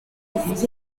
his